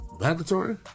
mandatory